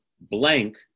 blank